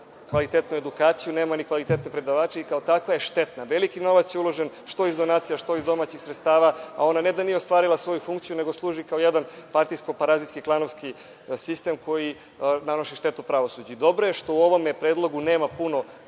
kvalitetnu edukaciju, ni kvalitetne predavače i kao takva je štetna. Veliki novac je uložen što iz donacija, što iz domaćih sredstava, a ona ne da nije ostvarila svoju funkciju već služi kao partijsko, parazitski, klanovski sistem koji pravi štetu pravosuđu. Dobro je što u ovom predlogu nema puno